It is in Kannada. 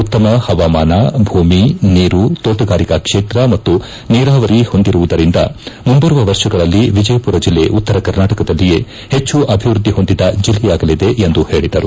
ಉತ್ತಮ ಪವಾಮಾನ ಭೂಮಿ ನೀರು ತೋಟಗಾರಿಕಾ ಕ್ಷೇತ್ರ ಮತ್ತು ನೀರಾವರಿ ಹೊಂದಿರುವುದರಿಂದ ಮುಂಬರುವ ವರ್ಷಗಳಲ್ಲಿ ವಿಜಯಪುರ ಜಿಲ್ಲೆ ಉತ್ತರ ಕರ್ನಾಟಕದಲ್ಲಿಯೇ ಹೆಚ್ಚು ಅಭಿವೃದ್ದಿ ಹೊಂದಿದ ಜಿಲ್ಲೆಯಾಗಲಿದೆ ಎಂದು ಹೇಳಿದರು